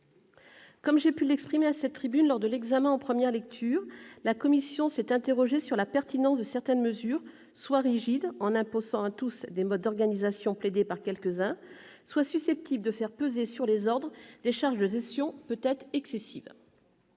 Comme j'ai pu l'exprimer à cette tribune lors de l'examen en première lecture, la commission s'est interrogée sur la pertinence de certaines mesures, soit rigides, car imposant à tous des modes d'organisation plaidés par quelques-uns, soit susceptibles de faire peser sur les ordres des charges de gestion peut-être excessives.